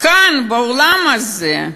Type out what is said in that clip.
כאן באולם הזה,